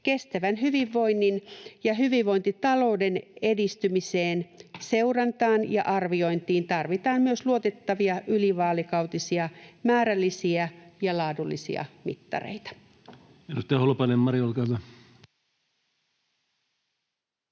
Kestävän hyvinvoinnin ja hyvinvointitalouden edistymisen seurantaan ja arviointiin tarvitaan myös luotettavia ylivaalikautisia määrällisiä ja laadullisia mittareita.”